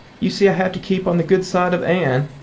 you see i have to keep on the good side of anne.